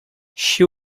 she